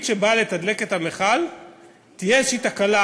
שבאה לתדלק את המכל תהיה איזושהי תקלה,